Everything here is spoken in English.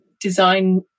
design